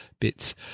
bits